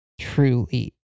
truly